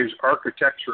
architecture